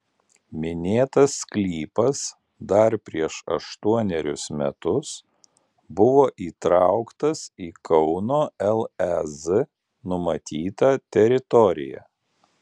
minėtas sklypas dar prieš aštuonerius metus buvo įtrauktas į kauno lez numatytą teritoriją